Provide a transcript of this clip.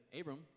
Abram